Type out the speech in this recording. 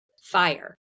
fire